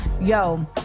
yo